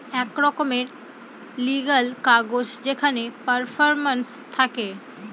এক রকমের লিগ্যাল কাগজ যেখানে পারফরম্যান্স থাকে